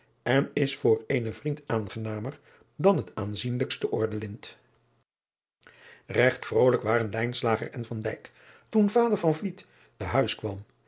en is voor eenen vriend aangenamer dan het aanzienlijkste ordelint egt vrolijk waren en toen vader te huis kwam